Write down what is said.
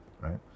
right